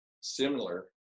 similar